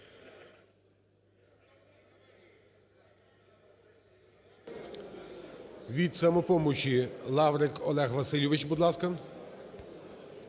Від "Самопомочі" Лаврик Олег Васильович, будь ласка.